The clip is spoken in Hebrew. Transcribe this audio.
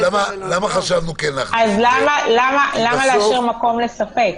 אז למה להשאיר מקום לספק?